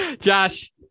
Josh